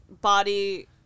body